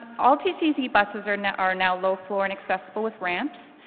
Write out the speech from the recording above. all ttc buses are now are now low-floor and accessible with ramps.